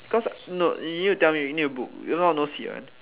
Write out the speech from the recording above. because no you need to tell me you need to book or else no seats one